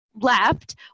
left